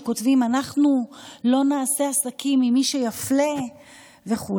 וכותבים: אנחנו לא נעשה עסקים עם מי שיפלה וכו'.